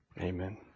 Amen